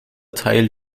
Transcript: teil